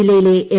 ജില്ലയിലെ എം